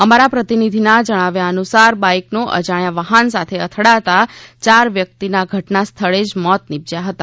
અમારા પ્રતિનિધિના જણાવ્યા અનુસાર બાઇકનો અજાણ્ય વાહન સાથે અથડાતા યાર વ્યક્તિઓના ઘટનાસ્થળે જ મોત નિપજ્યા હતા